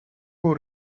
può